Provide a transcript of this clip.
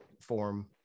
form